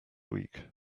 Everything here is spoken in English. week